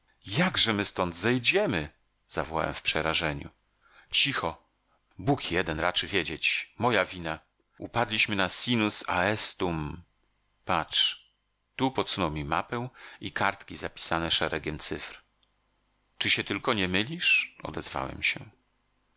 jakże my stąd zejdziemy zawołałem w przerażeniu cicho bóg jeden raczy wiedzieć moja wina upadliśmy na sinus aestuum patrz tu podsunął mi mapę i kartki zapisane szeregiem cyfr czy się tylko nie mylisz odezwałem się